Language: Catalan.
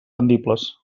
rendibles